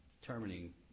determining